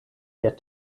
get